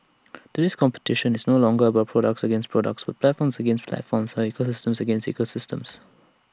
today's competition is no longer products against products but platforms against platforms or ecosystems against ecosystems